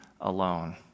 alone